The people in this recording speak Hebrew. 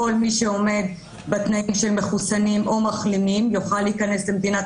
כל מי שעומד בתנאים של מחוסנים או מחלימים יכול להיכנס למדינת